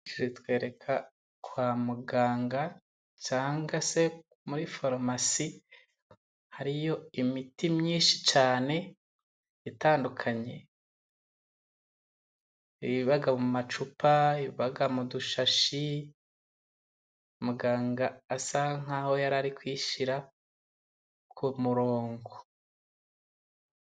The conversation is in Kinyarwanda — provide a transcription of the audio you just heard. Bitwereka kwa muganga, cyangwa se muri farumasi, hariyo imiti myinshi cyane itandukanye, iba mu macupa, iba mu dushashi, muganga asa n'aho ari kuyishyira ku murongo.